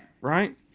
right